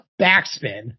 backspin